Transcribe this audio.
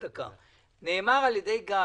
נאמר בישיבה הקודמת,